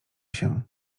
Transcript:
się